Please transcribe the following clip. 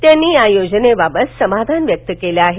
त्यांनी या योजनेबाबत समाधान व्यक्त केलं आहे